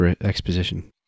exposition